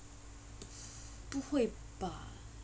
不会吧